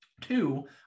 Two